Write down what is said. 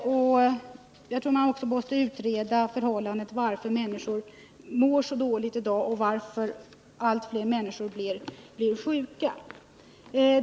Jag tror man också måste utreda varför människor mår så dåligt i dag och varför allt fler människor blir sjuka.